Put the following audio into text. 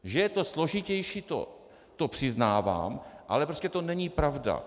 Že je to složitější, to přiznávám, ale prostě to není pravda.